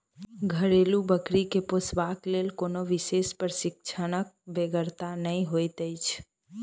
घरेलू बकरी के पोसबाक लेल कोनो विशेष प्रशिक्षणक बेगरता नै होइत छै